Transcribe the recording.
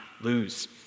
lose